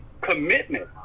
commitment